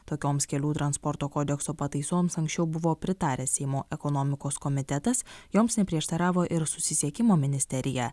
tokioms kelių transporto kodekso pataisoms anksčiau buvo pritaręs seimo ekonomikos komitetas joms neprieštaravo ir susisiekimo ministerija